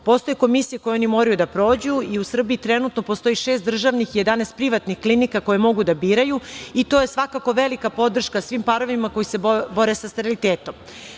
Postoje komisije koje oni moraju da prođu i u Srbiji trenutno postoji šest državnih i jedanaest privatnih klinika koje mogu da biraju i to je svakako velika podrška svim parovima koji se bore sa sterilitetom.